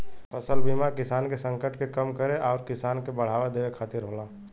फसल बीमा किसान के संकट के कम करे आउर किसान के बढ़ावा देवे खातिर होला